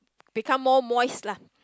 become more moist lah